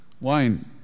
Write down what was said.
Wine